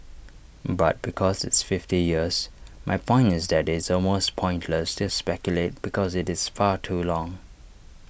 but because it's fifty years my point is that it's almost pointless to speculate because IT is far too long